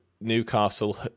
Newcastle